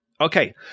Okay